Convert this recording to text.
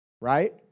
right